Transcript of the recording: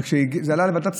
כשזה עלה לוועדת השרים,